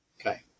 Okay